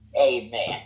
amen